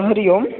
हरिः ओम्